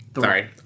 Sorry